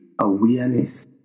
awareness